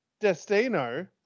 Destino